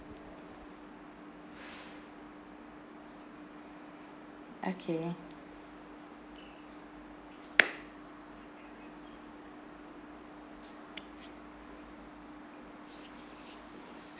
okay